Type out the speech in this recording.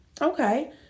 Okay